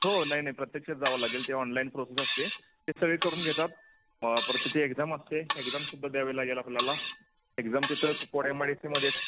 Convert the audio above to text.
हो नाही नाही प्रत्यक्षच जावं लागेल ते ऑनलाईन प्रोसेस असते ते सगळे करून घेतात परत त्याची एक्झाम असते एक्झामसुद्धा द्यावी लागेल आपल्याला एक्झाम तिथं कुपवाड एम आय डी सीमध्येच